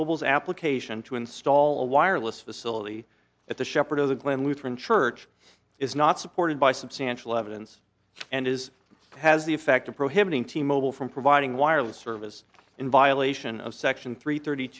mobiles application to install a wireless facility at the shepherd of the glen lutheran church is not supported by substantial evidence and is has the effect of prohibiting t mobile from providing wireless service in violation of section three thirty